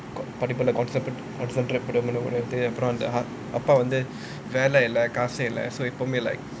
concept அப்பா வந்து வேலை இல்ல காசு இல்ல:appa vathu vela illa kaasu illa like